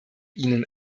ihnen